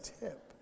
tip